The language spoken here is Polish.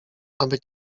aby